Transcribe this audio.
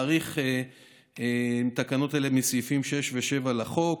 הוא מאריך תקנות אלה מכוח סעיפים 6 ו-7 לחוק.